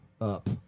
up